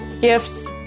gifts